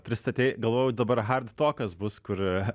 pristatei galvojau dabar hard tokas bus kur